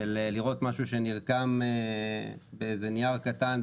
של לראות משהו שנרקם באיזה נייר קטן,